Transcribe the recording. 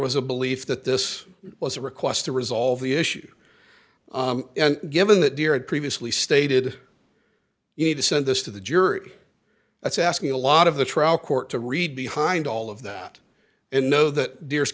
was a belief that this was a request to resolve the issue and given that deer had previously stated it to send this to the jury that's asking a lot of the trial court to read behind all of that and know that there